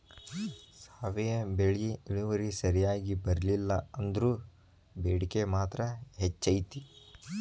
ಸಾವೆ ಬೆಳಿ ಇಳುವರಿ ಸರಿಯಾಗಿ ಬರ್ಲಿಲ್ಲಾ ಅಂದ್ರು ಬೇಡಿಕೆ ಮಾತ್ರ ಹೆಚೈತಿ